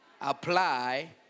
apply